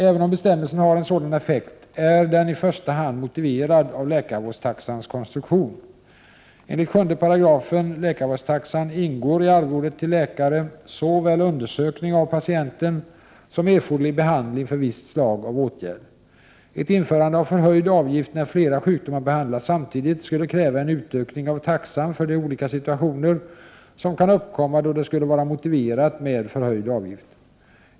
Även om bestämmelsen har en sådan effekt är den i första hand motiverad av läkarvårdstaxans konstruktion. Enligt 7 § läkarvårdstaxan ingår i arvodet till läkare såväl undersökning av patienten som erforderlig behandling för visst slag av åtgärd. Ett införande av förhöjd avgift när flera sjukdomar behandlas samtidigt skulle kräva en utökning av taxan för de olika situationer som kan uppkomma då det skulle vara motiverat med förhöjd avgift.